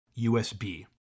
USB